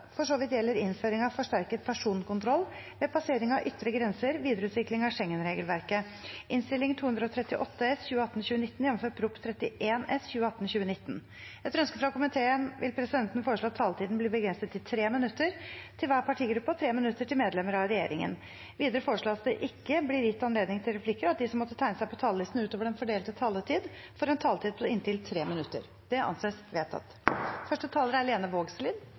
for Norge, er dette en svært viktig konvensjon for det internasjonale samfunnet. Flere har ikke bedt om ordet til sakene nr. 2 og 3. Etter ønske fra justiskomiteen vil presidenten foreslå at taletiden blir begrenset til 3 minutter til hver partigruppe og 3 minutter til medlemmer av regjeringen. Videre foreslås det at det ikke blir gitt anledning til replikkordskifte, og at de som måtte tegne seg på talerlisten utover den fordelte taletid, får en taletid på inntil 3 minutter. – Det anses vedtatt.